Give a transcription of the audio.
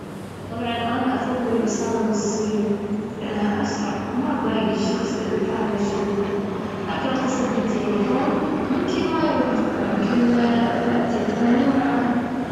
طبعًا أنا أفظل الرسالة نصية لأنها أسرع ما تضايق الشخص إذا كان مشغول، لكن أتصل بالتلفون، ممكن ما يرد ممكن تليفونه مو معه.